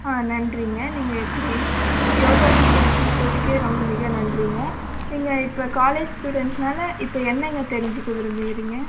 ஆ நன்றிங்க நீங்கள் எப்படி யோகா சென்டருக்கு கூப்பிடதுக்கே ரொம்ப மிக நன்றிங்க நீங்கள் இப்போ காலேஜ் ஸ்டூடென்ட்ஸ்னால இப்போ என்னங்க தெரிஞ்சிக்க விரும்பிகுறீங்க